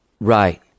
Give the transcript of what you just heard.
Right